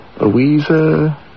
Louisa